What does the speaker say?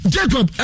Jacob